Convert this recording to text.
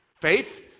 faith